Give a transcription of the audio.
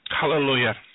Hallelujah